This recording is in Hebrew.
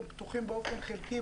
אתם פתוחים באופן חלקי,